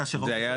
זה היה הדין.